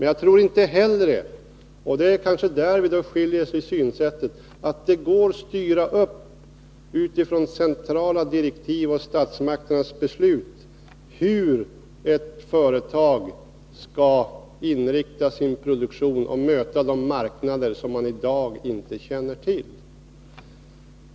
Jag tror inte heller — det är kanske på den punkten våra synsätt skiljer sig åt — att det går att utifrån centrala direktiv och statsmakternas beslut styra inriktningen av ett företags produktion och möte med de marknader som man i dag inte känner till.